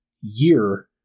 year